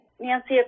Nancy